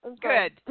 Good